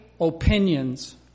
opinions